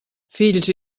fills